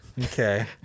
Okay